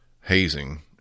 hazing